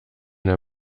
der